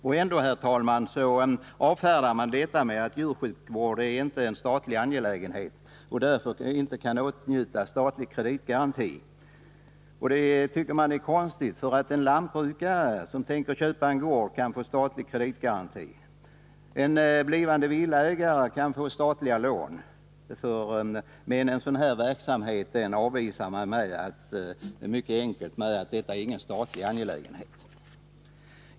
Och ändå, herr talman, avfärdar man motionen med att djursjukvård inte är en statlig angelägenhet och därför inte kan åtnjuta statlig kreditgaranti. Det tycker jag är konstigt, för en lantbrukare som tänker köpa en gård kan få statlig kreditgaranti. En blivande villaägare kan få statligt lån, men en verksamhet som är av oerhörd vikt även ekonomiskt för tusentals lantbrukare avvisas på detta enkla sätt.